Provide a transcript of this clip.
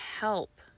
help